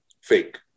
fake